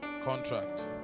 contract